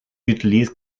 utilise